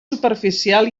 superficial